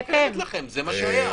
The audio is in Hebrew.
היא כמובן ניתנת לכם, זה מה שהיה.